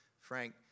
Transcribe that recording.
Frank